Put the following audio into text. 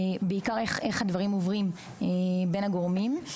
בעיקר איך הדברים עוברים בין הגורמים.